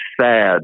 sad